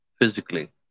physically